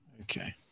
Okay